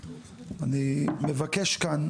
אני מבקש כאן,